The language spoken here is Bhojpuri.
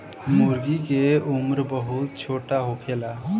मूर्गी के उम्र बहुत छोट होखेला